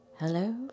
Hello